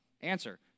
Answer